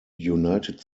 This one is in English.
united